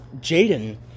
Jaden